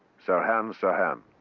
sirhan sirhan.